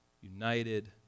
united